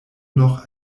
noch